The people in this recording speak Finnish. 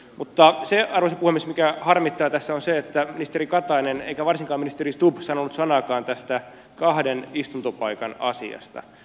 mutta se arvoisa puhemies mikä harmittaa tässä on se että ei ministeri katainen eikä varsinkaan ministeri stubb sanonut sanaakaan tästä kahden istuntopaikan asiasta